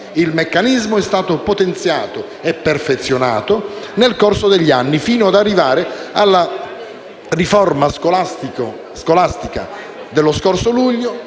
Il meccanismo è stato potenziato e perfezionato nel corso degli anni, fino ad arrivare alla riforma scolastica dello scorso luglio